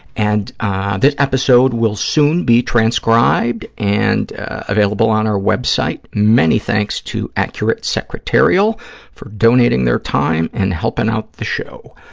and this episode will soon be transcribed and available on our web site. many thanks to accurate secretarial for donating their time and helping out the show.